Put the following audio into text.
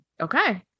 Okay